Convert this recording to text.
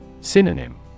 Synonym